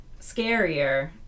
scarier